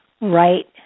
right